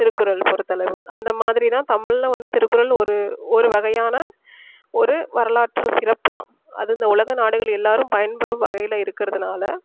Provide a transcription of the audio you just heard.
திருக்குறள் பொறுத்தளவு அந்த மாதிரி தான் தமிழில் வந்து திருக்குறள் ஒரு ஒரு வகையான ஒரு வரலாற்று சிறப்புதான் அது இந்த உலக நாடுகள் எல்லோரும் பயன்பெறும் வகையில் இருக்குறதுனால்